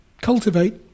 cultivate